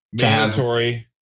Mandatory